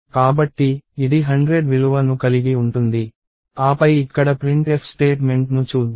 కాబట్టి ఇది 100 విలువ ను కలిగి ఉంటుంది ఆపై ఇక్కడ printf స్టేట్మెంట్ను చూద్దాం